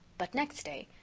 but, next day,